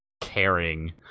caring